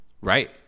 right